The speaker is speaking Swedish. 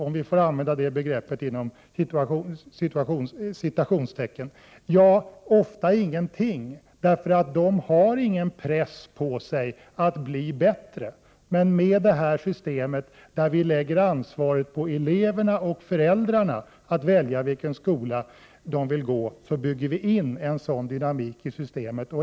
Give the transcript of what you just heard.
Oftast ingenting eftersom de inte har någon press på sig att bli bättre. Men med det här systemet, där vi lägger ansvar att välja vilken skola eleverna vill gå i på eleverna och föräldrarna, bygger vi in en sådan dynamik i systemet.